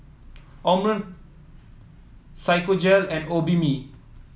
Omron Physiogel and Obimin